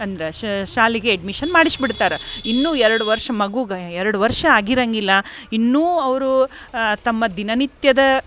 ಅಂದ್ರೆ ಶಾಲಿಗೆ ಅಡ್ಮಿಷನ್ ಮಾಡಿಸ್ಬಿಡ್ತಾರೆ ಇನ್ನು ಎರಡು ವರ್ಷ ಮಗುಗೆ ಎರಡು ವರ್ಷ ಆಗಿರಂಗಿಲ್ಲ ಇನ್ನೂ ಅವರು ತಮ್ಮ ದಿನನಿತ್ಯದ